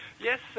yes